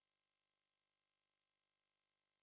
ah